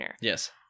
Yes